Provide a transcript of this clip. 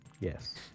yes